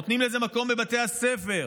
נותנים לזה מקום בבתי הספר,